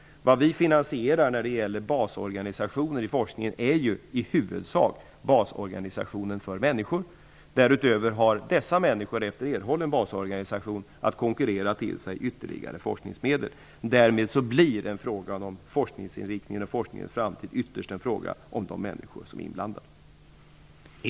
Vad vi finansierar när det gäller basorganisationer i forskningen är ju i huvudsak basorganisationen för människor. Därutöver har dessa människor efter erhållen basorganisation att konkurrera till sig ytterligare forskningsmedel. Därmed blir frågan om forskningens inriktning och framtid ytterst en fråga om de människor som är inblandade.